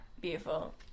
beautiful